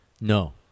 No